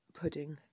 pudding